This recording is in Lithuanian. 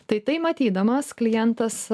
tai tai matydamas klientas